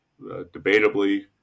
debatably